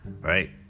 right